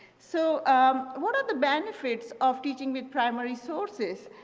so um one of the benefits of teaching with primary sources,